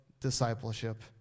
discipleship